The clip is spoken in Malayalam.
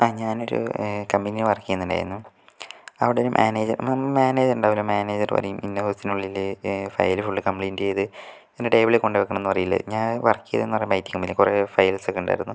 ആ ഞാനൊരു കമ്പനിയിൽ വർക്ക് ചെയ്യുന്നുണ്ടായിരുന്നു അവിടെ ഒരു മാനേജറും മാനേജർ ഉണ്ടാവൂല്ലേ മാനേജറ് പറയും ഇന്ന ദിവസത്തിനുള്ളില് ഫയല് ഫുള്ള് കമ്പ്ലീറ്റ് ചെയ്ത് ഇന്ന് ടേബിളിൽ കൊണ്ട് വെക്കണമെന്ന് പറയില്ലേ ഞാൻ വർക്ക് ചെയ്തെന്ന് പറയുമ്പോൾ ഐറ്റി കമ്പനി കുറെ ഫയൽസൊക്കെ ഉണ്ടായിരുന്നു